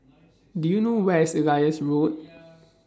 Do YOU know Where IS Elias Road